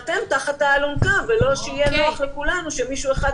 להתמודד מול האוכלוסייה ולסייע במערך הזה כי היום הם